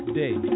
day